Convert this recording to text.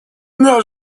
наш